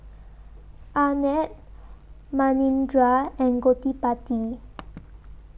Arnab Manindra and Gottipati